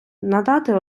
надати